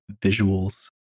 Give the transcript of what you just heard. visuals